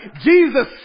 Jesus